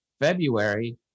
February